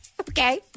Okay